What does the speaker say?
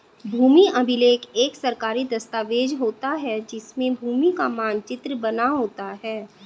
भूमि अभिलेख एक सरकारी दस्तावेज होता है जिसमें भूमि का मानचित्र बना होता है